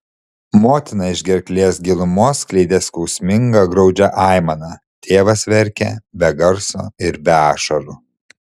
motina iš gerklės gilumos skleidė skausmingą graudžią aimaną tėvas verkė be garso ir be ašarų